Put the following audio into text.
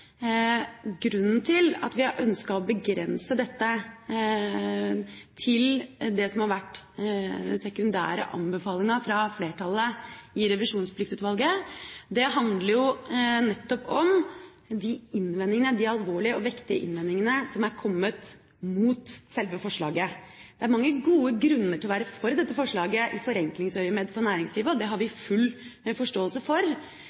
Grunnen til at vi har ønsket å begrense dette til det som har vært den sekundære anbefalinga fra flertallet i Revisjonspliktutvalget, handler nettopp om de alvorlige og vektige innvendingene som er kommet mot selve forslaget. Det er mange gode grunner til å være for dette forslaget i forenklingsøyemed for næringslivet, og det har vi full forståelse for.